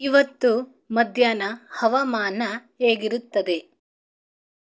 ಇವತ್ತು ಮಧ್ಯಾಹ್ನ ಹವಾಮಾನ ಹೇಗಿರುತ್ತದೆ